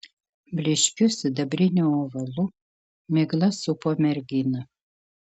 blyškiu sidabriniu ovalu migla supo merginą